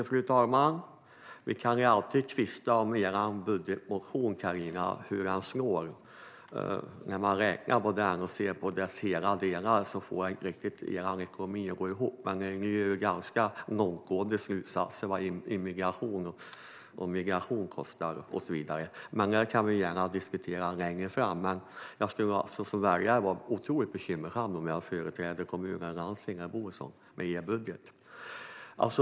Fru talman! Vi kan ju alltid tvista om er budgetmotion och hur den slår, Carina. När jag räknar på den och ser alla dess delar får jag inte riktigt er ekonomi att gå ihop, men ni drar ju ganska långtgående slutsatser gällande vad immigration och migration kostar och så vidare. Det kan vi gärna diskutera längre fram, men som väljare skulle jag vara oerhört bekymrad om det landsting eller den kommun jag bor i skulle styras med er budget.